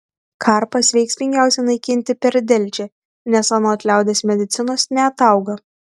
karpas veiksmingiausia naikinti per delčią nes anot liaudies medicinos neatauga